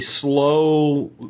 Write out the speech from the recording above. slow